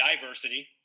diversity